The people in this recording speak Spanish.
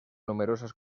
numerosas